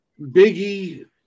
Biggie